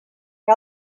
que